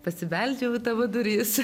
pasibeldžiau į tavo duris